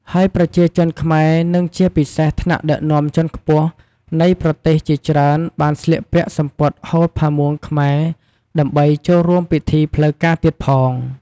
ហើយប្រជាជនខ្មែរ និងជាពិសេសថ្នាក់ដឹកនាំជាន់ខ្ពស់នៃប្រទេសជាច្រើនបានស្លៀកពាក់សំពត់ហូលផាមួងខ្មែរដើម្បីចូលរួមពិធីផ្លូវការទៀតផង។